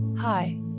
Hi